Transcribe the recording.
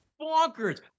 bonkers